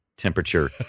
Temperature